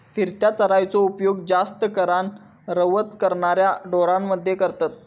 फिरत्या चराइचो उपयोग जास्त करान रवंथ करणाऱ्या ढोरांमध्ये करतत